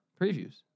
previews